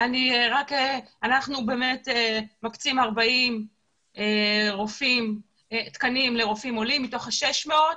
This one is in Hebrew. אנחנו באמת מקצים 40 תקנים לרופאים עולים מתוך ה-600.